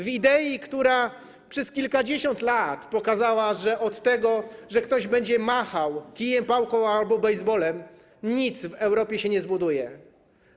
W idei, która przez kilkadziesiąt lat pokazała, że od tego, że ktoś będzie machał kijem, pałką albo baseballem, nic w Europie się nie zbuduje.